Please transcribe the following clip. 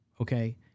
okay